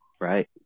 right